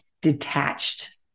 detached